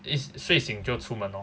it's 睡醒就出门 lor